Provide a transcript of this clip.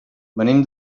venim